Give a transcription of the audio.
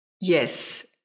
Yes